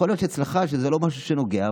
יכול להיות שאצלך זה לא משהו שנוגע,